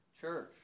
church